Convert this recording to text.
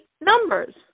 numbers